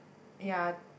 ya